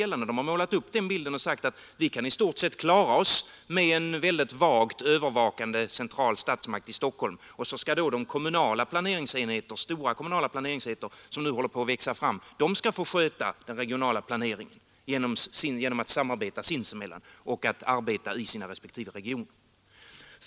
Man har målat upp den bilden och sagt att vi kan i stort sett klara oss med en vagt övervakande central statsmakt i Stockholm. Då skall de stora kommunala planeringsenheter som nu håller på att växa fram få sköta den regionala planeringen genom att samarbeta sinsemellan och genom att arbeta i sina respektive regioner.